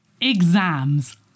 Exams